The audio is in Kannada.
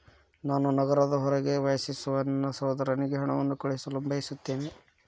ನಾನು ನಗರದ ಹೊರಗೆ ವಾಸಿಸುವ ನನ್ನ ಸಹೋದರನಿಗೆ ಹಣವನ್ನು ಕಳುಹಿಸಲು ಬಯಸುತ್ತೇನೆ